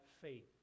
faith